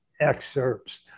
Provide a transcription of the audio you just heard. excerpts